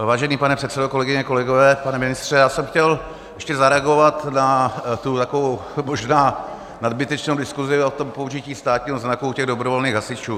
Vážený pane předsedo, kolegyně, kolegové, pane ministře, já jsem chtěl ještě zareagovat na tu takovou možná nadbytečnou diskusi o použití státního znaku u dobrovolných hasičů.